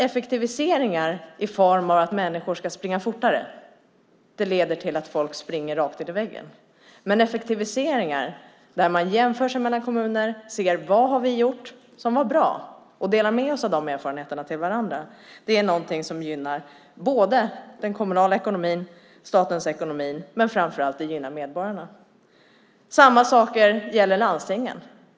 Effektiviseringar i form av att människor ska springa fortare leder till att folk springer in i väggen, men effektiviseringar där man jämför sig med andra kommuner och ser vad man har gjort som har varit bra och delar med sig av de erfarenheterna är något som gynnar både den kommunala ekonomin och statens ekonomi, och det gynnar framför allt medborgarna. Samma saker gäller landstingen.